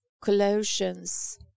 Colossians